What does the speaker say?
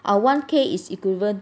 our one K is equivalent